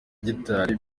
gitari